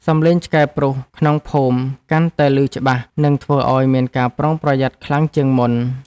សំឡេងឆ្កែព្រុសក្នុងភូមិ កាន់តែឮច្បាស់ និងធ្វើឱ្យមានការប្រុងប្រយ័ត្នខ្លាំងជាងមុន។